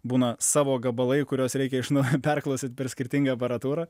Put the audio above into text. būna savo gabalai kuriuos reikia iš naujo perklausyt per skirtingą aparatūrą